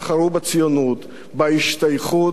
בהשתייכות ובנשיאת הנטל.